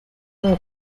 w’aba